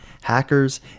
hackers